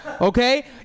okay